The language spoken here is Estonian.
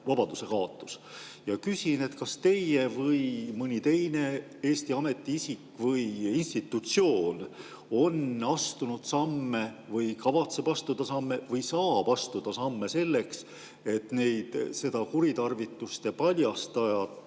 Ma küsin: kas teie või mõni teine Eesti ametiisik või institutsioon on astunud samme või kavatseb astuda samme või saab astuda samme selleks, et seda kuritarvituste paljastajat